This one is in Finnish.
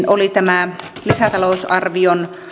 oli tämä lisätalousarvion